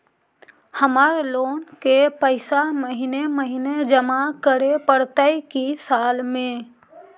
हमर लोन के पैसा महिने महिने जमा करे पड़तै कि साल में?